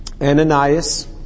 Ananias